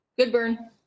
Goodburn